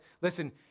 listen